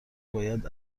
باید